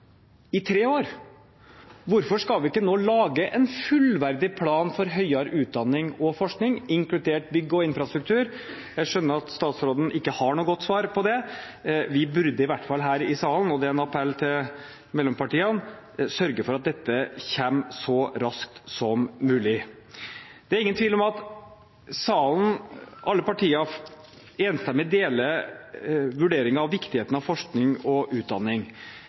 i tre år. Hvorfor skal vi ikke nå lage en fullverdig plan for høyere utdanning og forskning, inkludert bygg og infrastruktur? Jeg skjønner at statsråden ikke har noe godt svar på det. Vi burde i hvert fall her i salen – og det er en appell til mellompartiene – sørge for at dette kommer så raskt som mulig. Det er ingen tvil om at alle partiene i salen enstemmig deler vurderingen om viktigheten av forskning og utdanning.